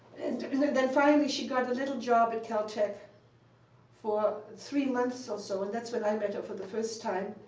then finally, she got a little job at caltech for three months or so and that's when i met her for the first time.